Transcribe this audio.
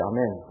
Amen